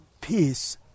Peace